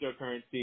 cryptocurrency